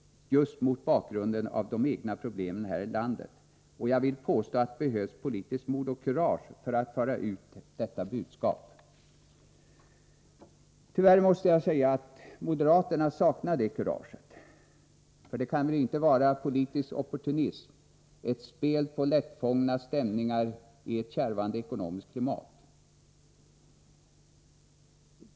Jag vill påstå att det behövs politiskt mod och kurage för att föra ut detta budskap. Tyvärr måste jag säga att moderaterna saknar det kuraget, för det kan väl inte vara politisk opportunism, ett spel på lättfångna stämningar i ett kärvande ekonomiskt klimat?